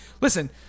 listen